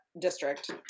district